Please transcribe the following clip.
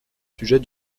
sujet